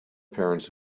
parents